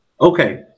Okay